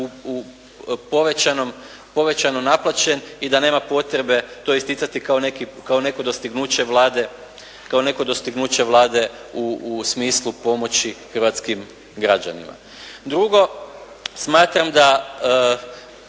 povećano naplaćen i da nema potrebe to isticati kao neko dostignuće Vlade u smislu pomoći hrvatskim građanima. Drugo, smatram da